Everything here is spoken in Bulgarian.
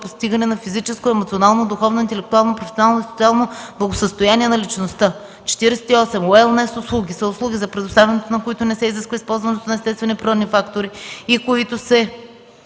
постигане на физическо, емоционално, духовно, интелектуално, професионално и социално благосъстояние на личността. 48. „Уелнес услуги” са услуги, за предоставянето на които не се изисква използването на естествени природни фактори и които се